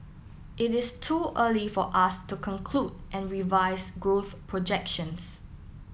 it is too early for us to conclude and revise growth projections